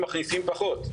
שמכניסים פחות.